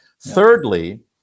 Thirdly